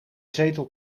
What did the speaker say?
zetel